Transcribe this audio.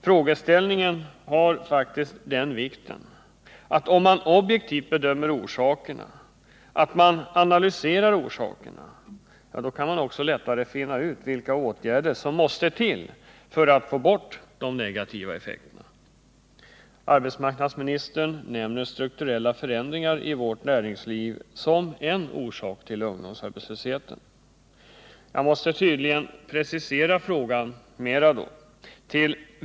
Frågeställningen har faktiskt den vikten att om man objektivt bedömer orsakerna, analyserar dem, då kan man också lättare finna ut vilka åtgärder som måste till för att få bort de negativa effekterna. Arbetsmarknadsministern nämner strukturella förändringar i vårt näringsliv som en orsak till ungdomsarbetslösheten. Jag måste då tydligen precisera frågan mer.